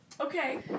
Okay